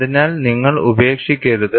അതിനാൽ നിങ്ങൾ ഉപേക്ഷിക്കരുത്